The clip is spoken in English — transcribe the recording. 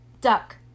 Duck